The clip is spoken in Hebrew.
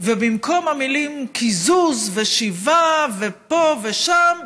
ובמקום המילים "קיזוז" ו"שבעה" ו"פה" ו"שם",